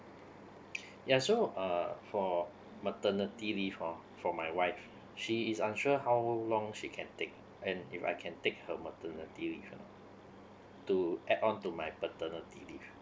yeah so uh for maternity leave oh for my wife she is unsure how long she can take and if I can take her maternity leave ah to add on to my paternity leave